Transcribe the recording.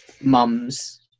mums